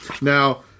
Now